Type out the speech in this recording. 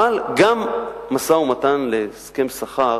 אבל משא-ומתן להסכם שכר